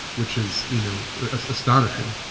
which is you know ah astonishing.